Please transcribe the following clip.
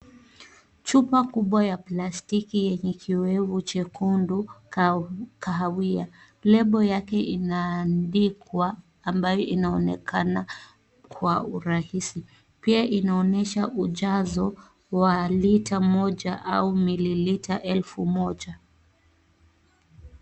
Chupa kubwa ya plastiki yenye kioevu chekundu kahawia. Lebo yake inaandikwa ambayo inaonekana kwa urahisi. Pia inaonyesha ujazo wa lita moja au mililita elfu moja.